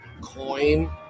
coin